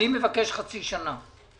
אני מבקש חצי שנה,